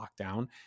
lockdown